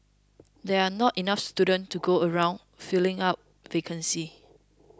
there are not enough students to go around filling up vacancies